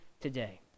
today